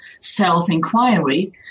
self-inquiry